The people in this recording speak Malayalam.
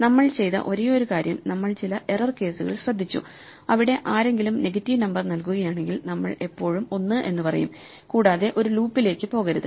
നമ്മൾ ചെയ്ത ഒരേയൊരു കാര്യം നമ്മൾ ചില എറർ കേസുകൾ ശ്രദ്ധിച്ചു അവിടെ ആരെങ്കിലും നെഗറ്റീവ് നമ്പർ നൽകുകയാണെങ്കിൽ നമ്മൾ എപ്പോഴും 1 എന്ന് പറയും കൂടാതെ ഒരു ലൂപ്പിലേക്ക് പോകരുത്